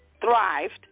thrived